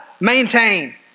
maintain